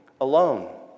alone